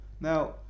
now